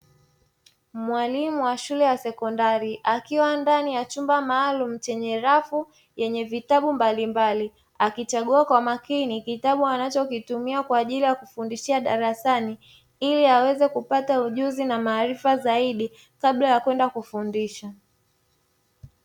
Mwalimu wa shule ya sekondari akiwa ndani ya chumba maalumu chenye rafu yenye vitabu mbalimbali akichagua kwa makini kitabu anachokitumia kwa ajili ya kufundishia darasani, ili aweze kupata ujuzi na maarifa zaidi kabla ya kwenda kufundisha.